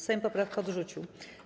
Sejm poprawkę odrzucił.